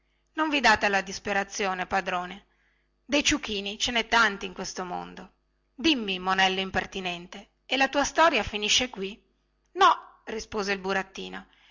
non vi date alla disperazione padrone dei ciuchini ce nè tanti in questo mondo dimmi monello impertinente e la tua storia finisce qui no rispose il burattino